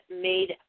made